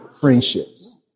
friendships